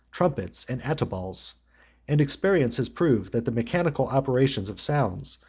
trumpets, and attaballs and experience has proved, that the mechanical operation of sounds,